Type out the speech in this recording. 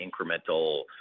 incremental